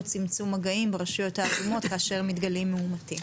צמצום מגעים ברשויות האדומות כאשר מתגלים מאמתים,